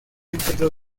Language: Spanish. entre